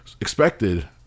expected